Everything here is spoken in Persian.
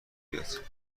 میاد